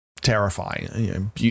terrifying